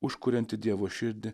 užkurianti dievo širdį